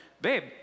babe